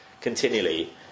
continually